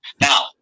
Now